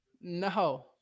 No